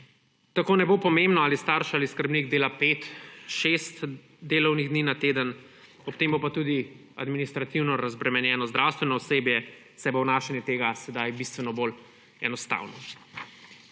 Tako ne bo pomembno, ali starš ali skrbnik dela pet, šest delovnih dni na teden, ob tem bo pa tudi administrativno razbremenjeno zdravstveno osebje, saj bo vnašanje tega sedaj bistveno bolj enostavno.